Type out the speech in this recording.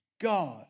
God